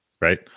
right